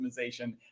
optimization